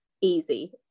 Easy